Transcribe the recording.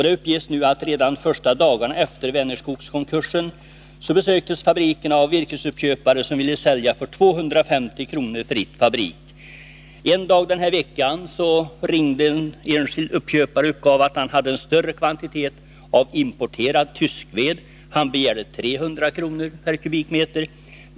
Det uppges nu att redan de första dagarna efter Vänerskogskonkursen besöktes fabriken av virkesuppköpare som ville sälja för 250 kr. fritt fabrik. En dag den här veckan ringde en enskild uppköpare och uppgav att han hade en större kvantitet av importerad tyskved. Han begärde 300 kr. per kubikmeter.